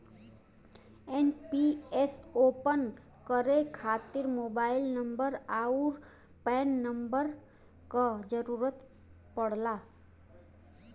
NPS open करे खातिर mobile number आउर पैन नंबर क जरुरत पड़ला